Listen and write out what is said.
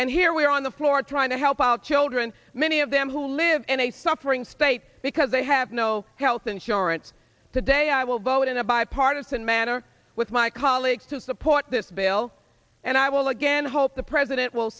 and here we are on the floor trying to help out children many of them who live in a suffering state because they have no health insurance today i will vote in a bipartisan manner with my colleagues to support this bill and i will again hope the president will